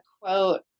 quote